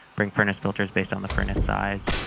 bring furnace filters based on the furnace size,